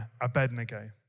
Abednego